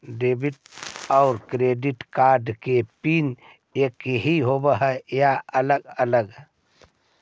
Debit और credit card के PIN एकही होव हइ या अलग अलग?